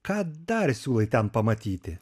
ką dar siūlai ten pamatyti